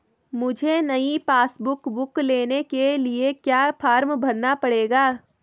मुझे नयी passbook book लेने के लिए क्या फार्म भरना पड़ेगा?